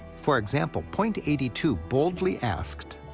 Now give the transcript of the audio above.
for example, point eighty two boldly asked,